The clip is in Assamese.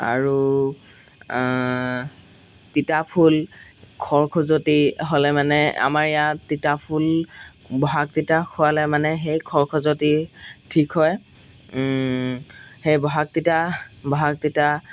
আৰু তিতা ফুল খৰ খজুৱতি হ'লে মানে আমাৰ ইয়াত তিতাফুল বহাগ তিতা খোৱালে মানে সেই খৰ খজুৱটি ঠিক হয় সেই বহাগ তিতা বহাগ তিতা